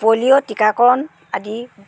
polio টীকাকৰণ আদি